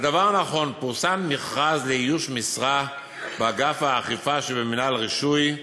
הדבר הנכון: פורסם מכרז לאיוש משרה באגף האכיפה שבמינהל רישוי,